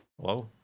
Hello